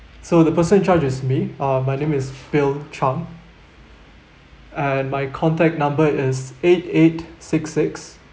so the person in charge is me ah my name is bill chang and my contact number is eight eight six six